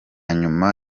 nyuma